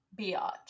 biatch